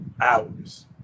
hours